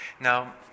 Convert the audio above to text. Now